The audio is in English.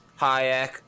Hayek